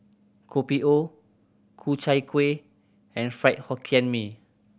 Kopi O Ku Chai Kueh and Fried Hokkien Mee